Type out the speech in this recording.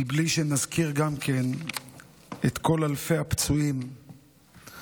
מבלי שנזכיר גם כן את כל אלפי הפצועים והפצועות,